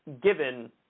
given